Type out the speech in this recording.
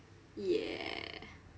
yeah